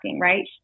right